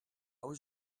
was